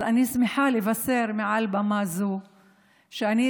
אני שמחה לבשר מעל במה זאת שהצלחתי